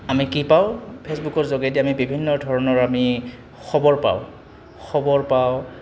আমি কি পাওঁ ফে'চবুকৰ যোগেদি আমি বিভিন্ন ধৰণৰ আমি খবৰ পাওঁ খবৰ পাওঁ